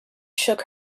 shook